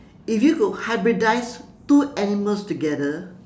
if you could hybridize two animals together